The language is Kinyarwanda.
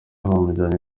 bamujyanye